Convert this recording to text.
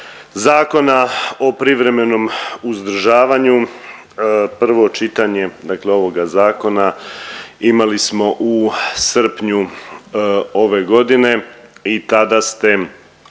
Zakona o privremenom uzdržavanju, prvo čitanje dakle ovoga zakona imali smo u srpnju ove godine i tada ste